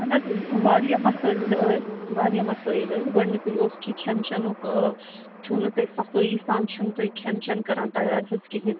اہن حظ واریاہ مَسٲیِل ٲسۍ واریاہ مَسٲیِل ٲسۍ گۄڈٕنیٛکٕے اوس کہِ کھیٚنہٕ چَنُک ٲں چھُو نہٕ تُہۍ صَفٲیی سان چھُو نہٕ تُہۍ کھیٚن چیٚن کران تیار حظ کِہیٖنۍ